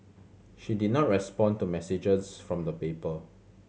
she did not respond to messages from the paper